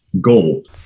gold